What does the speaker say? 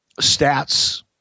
stats